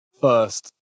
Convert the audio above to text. first